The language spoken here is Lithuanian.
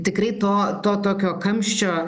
tikrai to to tokio kamščio